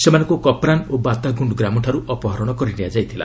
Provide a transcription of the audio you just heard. ସେମାନଙ୍କୁ କପ୍ରାନ ଓ ବାତାଗୁଣ୍ଡ ଗ୍ରାମଠାରୁ ଅପହରଣ କରିନିଆଯାଇଥିଲା